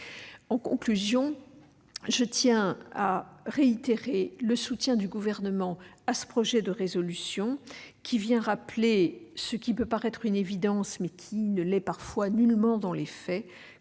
En conclusion, je tiens à réitérer le soutien du Gouvernement à cette proposition de résolution qui vient rappeler ce qui peut paraître une évidence, mais parfois à tort dans les faits